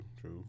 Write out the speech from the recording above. true